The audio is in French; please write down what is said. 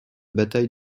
bataille